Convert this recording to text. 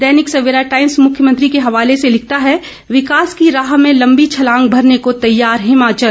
दैनिक Savera Times मुख्यमंत्री के हवाले से लिखता है विकास की राह में लंबी छलांग भरने को तैयार हिमाचल